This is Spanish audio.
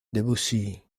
debussy